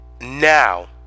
now